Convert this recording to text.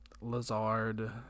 Lazard